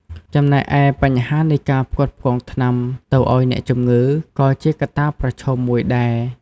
ចំណែកឯ បញ្ហានៃ ការផ្គត់ផ្គង់ថ្នាំទៅអោយអ្នកជំងឺ ក៏ជាកត្តាប្រឈមមួយដែរ។